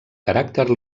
caràcter